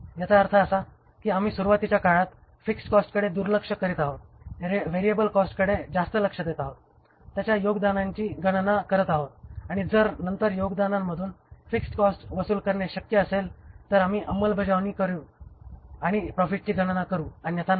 याचा अर्थ असा की आम्ही सुरुवातीच्या काळात फिक्स्ड कॉस्टकडे दुर्लक्ष करत आहोत व्हेरिएबल कॉस्टकडे जास्त लक्ष देत आहोत त्याच्या योगदानाची गणना करत आहोत आणि जर नंतर योगदानामधून फिक्स्ड कॉस्ट वसूल करणे शक्य असेल तर आम्ही अंमलबजावणी करू आणि प्रॉफिटची गणना करू अन्यथा नाही